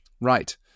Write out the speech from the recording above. Right